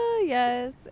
Yes